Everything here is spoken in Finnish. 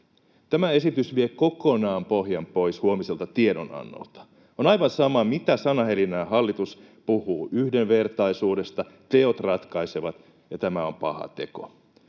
Tämä esitys vie kokonaan pohjan pois huomiselta tiedonannolta. On aivan sama, mitä sanahelinää hallitus puhuu yhdenvertaisuudesta — teot ratkaisevat, ja tämä on paha teko.